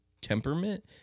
temperament